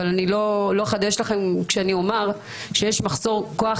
אבל אני לא אחדש לכם כשאומר שיש מחסור כוח